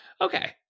Okay